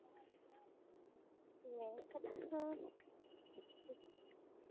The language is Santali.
ᱢᱮᱱᱠᱟᱛᱷᱟ ᱫᱚ